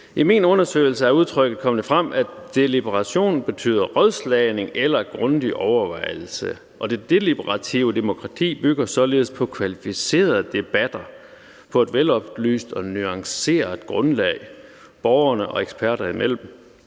i min undersøgelse af udtrykket kom det frem, at deliberation betyder rådslagning eller grundig overvejelse, og det deliberative demokrati bygger således på kvalificerede debatter på et veloplyst og nuanceret grundlag borgerne og eksperter imellem